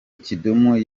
kidum